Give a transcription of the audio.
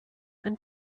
and